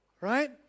right